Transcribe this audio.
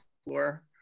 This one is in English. Floor